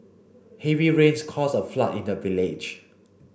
heavy rains caused a flood in the village